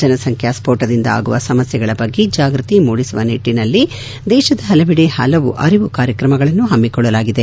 ಜನಸಂಖ್ಯಾ ಸ್ಫೋಟದಿಂದ ಆಗುವ ಸಮಸ್ಥೆಗಳ ಬಗ್ಗೆ ಜಾಗೃತಿ ಮೂಡಿಸುವ ನಿಟ್ಟನಬಲ್ಲಿ ದೇಶ ಹಾಗೂ ರಾಜ್ಯದ ಹಲವೆಡೆ ಹಲವು ಅರಿವು ಕಾರ್ಯಕ್ರಮಗಳನ್ನು ಹಮ್ಮಿಕೊಳ್ಳಲಾಗಿದೆ